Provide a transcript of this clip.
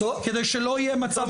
כדי שלא יהיה מצב